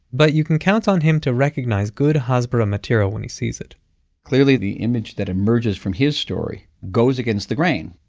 but you can count on him to recognise good hasbara material when he sees it clearly the image that emerges from his story goes against the grain.